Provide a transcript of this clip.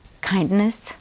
kindness